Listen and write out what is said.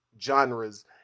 genres